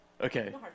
Okay